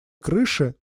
крыши